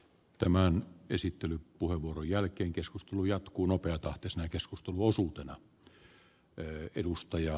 tämän esittelypuheenvuoron jälkeen keskustelu jatkunopeatahtisen keskusteluosuudena arvoisa puhemies